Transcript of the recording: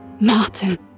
Martin